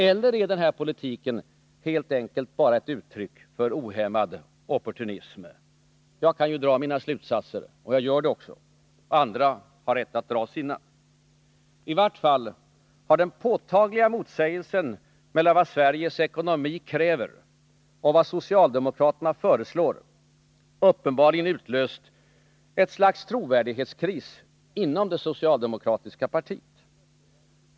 Eller är den här politiken helt enkelt ett uttryck för en ohämmad opportunism? Jag kan dra mina slutsater, och jag gör det också. Andra har rätt att dra sina. I vart fall har den påtagliga motsägelsen mellan vad Sveriges ekonomi kräver och vad socialdemokraterna föreslår uppenbarligen utlöst ett slags trovärdighetskris inom det socialdemokratiska partiet.